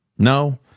No